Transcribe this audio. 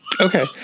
Okay